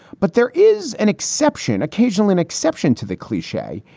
but there is an exception, occasionally an exception to the cliche,